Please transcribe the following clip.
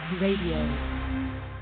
Radio